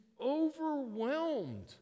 overwhelmed